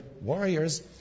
warriors